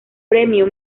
premio